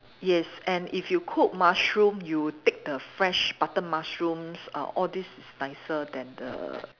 yes and if you cook mushroom you take the fresh butter mushrooms uh all this is nicer than the